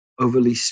overly